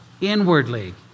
inwardly